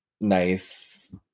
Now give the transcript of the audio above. nice